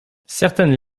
certaines